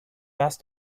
asked